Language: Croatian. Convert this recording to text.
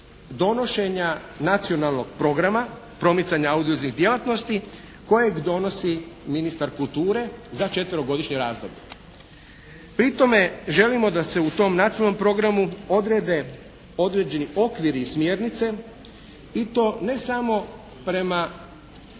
donošenja Nacionalnog programa promicanja audio-vizualnih djelatnosti kojeg donosi ministar kulture za četverogodišnje razdoblje. Pri tome želimo da se u tom Nacionalnom programu odrede određeni okviri i smjernice i to ne samo prema